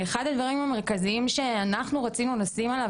אחד הדברים המרכזיים שאנחנו רצינו לשים עליו